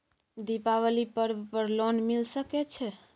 दीपावली पर्व पर लोन मिल सके छै?